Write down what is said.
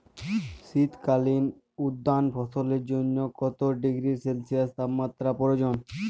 শীত কালীন উদ্যান ফসলের জন্য কত ডিগ্রী সেলসিয়াস তাপমাত্রা প্রয়োজন?